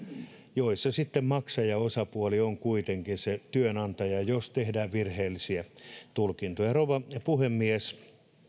joissa maksajaosapuoli on kuitenkin työnantaja jos tehdään virheellisiä tulkintoja rouva puhemies